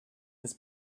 his